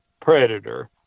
predator